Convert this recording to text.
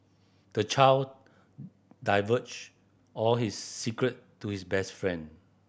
the child divulged all his secret to his best friend